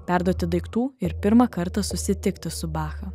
perduoti daiktų ir pirmą kartą susitikti su bacha